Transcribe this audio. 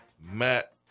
Matt